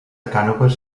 cànoves